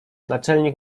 naczelnik